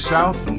South